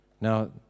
Now